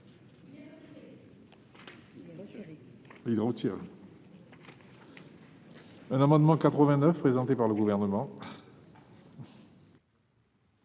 L'amendement n° 89, présenté par le Gouvernement,